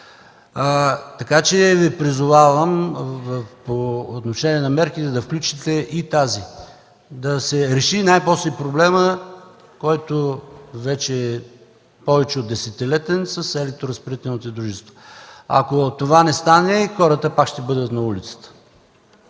Така че Ви призовавам по отношение на мерките да включите и тази – да се реши най-после проблемът, който е вече повече от десетилетен, с електроразпределителни дружества. Ако това не стане, хората пак ще бъдат на улицата.